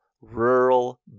Rural